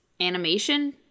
animation